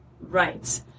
right